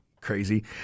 Crazy